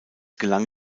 gelang